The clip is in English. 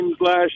last